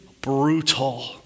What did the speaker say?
brutal